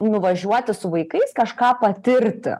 nuvažiuoti su vaikais kažką patirti